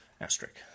Asterisk